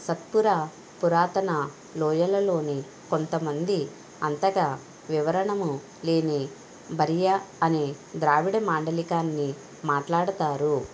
సత్పురా పురాతన లోయలలోని కొంతమంది అంతట వివరణము లేని బరియా అనే ద్రావిడ మాండలికాన్ని మాట్లాడతారు